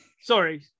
Sorry